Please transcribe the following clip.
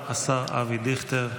השר, השר אבי דיכטר.